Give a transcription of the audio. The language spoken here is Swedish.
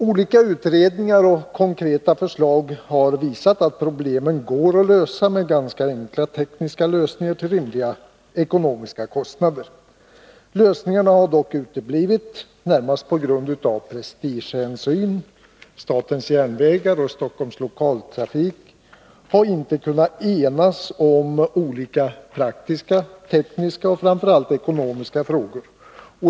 Flera utredningar och konkreta förslag har visat att problemen går att lösa med ganska enkla tekniska medel till rimliga kostnader. Lösningarna har dock 5 Riksdagens protokoll 1981/82:127-131 uteblivit, närmast på grund av prestigehänsyn. Statens järnvägar och Stockholms Lokaltrafik har inte kunnat enas om olika praktiska, tekniska och framför allt ekonomiska frågor.